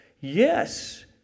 Yes